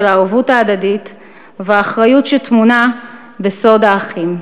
הערבות ההדדית והאחריות שטמונה בסוד האחים.